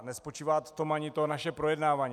Nespočívá v tom ani to naše projednávání.